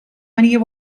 manier